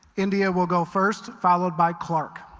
india will go first followed by clark